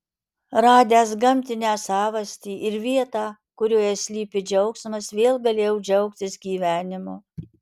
radęs gamtinę savastį ir vietą kurioje slypi džiaugsmas vėl galėjau džiaugtis gyvenimu